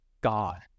God